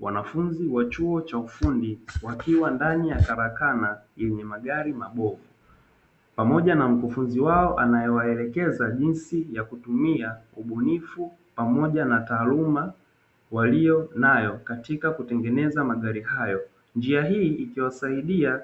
Wanafunzi wa chuo cha ufundi wakiwa ndani ya karakana yenye magari mabovu pamoja na mkufunzi wao anaewaelekeza jinsi ya kutumia ubunifu pamoja na taaluma waliyonayo katika kutengeneza magari hayo. Njia hii ikiwasaidia